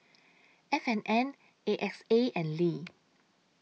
F and N A X A and Lee